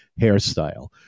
hairstyle